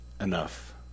Enough